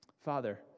Father